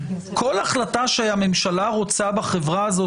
כל החלטה שהממשלה רוצה בחברה הזאת